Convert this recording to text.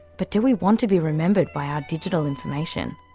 but do we want to be remembered by our digital information?